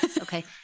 Okay